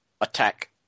attack